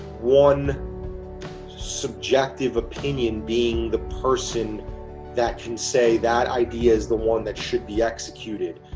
one subjective opinion, being the person that can say that idea is the one that should be executed,